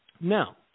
Now